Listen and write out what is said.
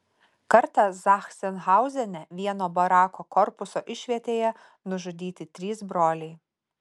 kartą zachsenhauzene vieno barako korpuso išvietėje nužudyti trys broliai